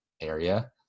area